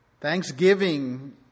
Thanksgiving